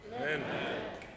Amen